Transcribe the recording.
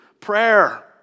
prayer